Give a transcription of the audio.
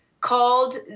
called